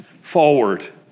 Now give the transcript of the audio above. forward